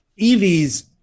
EVs